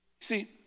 See